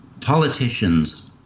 politicians